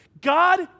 God